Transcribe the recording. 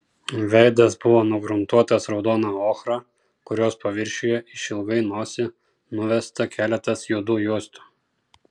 veidas buvo nugruntuotas raudona ochra kurios paviršiuje išilgai nosį nuvesta keletas juodų juostų